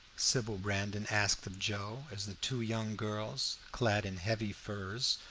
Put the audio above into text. sybil brandon asked of joe as the two young girls, clad in heavy furs,